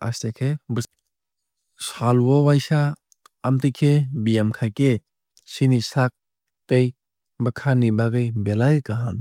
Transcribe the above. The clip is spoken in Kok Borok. aste khe bwchadi. Sal o waisa amtwui khe beyam khaikhe chini saak tei bwkha ni bagwui belai kaham.